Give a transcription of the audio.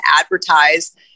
advertise